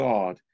God